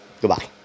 Goodbye